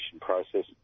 process